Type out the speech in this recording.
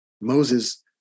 moses